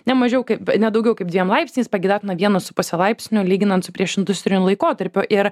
ne mažiau kaip ne daugiau kaip dviem laipsniais pageidautina vienu su puse laipsnio lyginant su prieš industriniu laikotarpiu ir